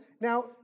Now